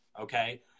Okay